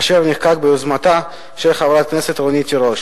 אשר נחקק ביוזמתה של חברת הכנסת רונית תירוש